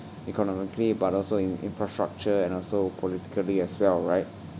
economically but also in infrastructure and also politically as well right